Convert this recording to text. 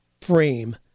frame